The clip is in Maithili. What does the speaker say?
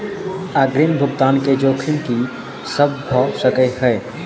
अग्रिम भुगतान केँ जोखिम की सब भऽ सकै हय?